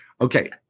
Okay